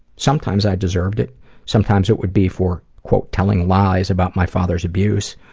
sometimes i deserved it sometimes it would be for quote telling lies about my father's abuse.